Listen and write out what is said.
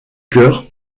cœur